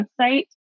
website